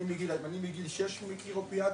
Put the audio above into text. אני מגיל שש מכיר אופיאטים,